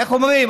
איך אומרים,